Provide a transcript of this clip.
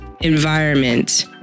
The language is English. environment